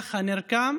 מהמהלך הנרקם,